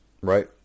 Right